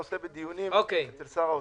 הנושא בדיונים אצל שר האוצר.